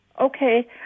Okay